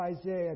Isaiah